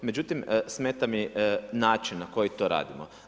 Međutim smeta mi način na koji to radimo.